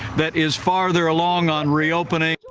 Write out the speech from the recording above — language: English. that is farther along on reopening.